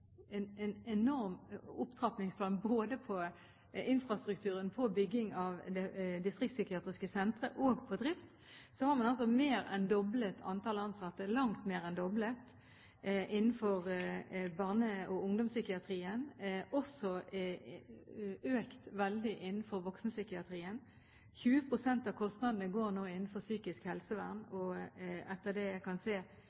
en enorm opptrappingsplan både når det gjelder infrastrukturen, bygging av distriktspsykiatriske sentre og drift, har man langt mer enn doblet antallet ansatte innenfor barne- og ungdomspsykiatrien og også økt veldig innenfor voksenpsykiatrien. 20 pst. av kostnadene går nå til psykisk helsevern, og etter det jeg kan se,